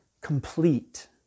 complete